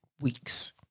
weeks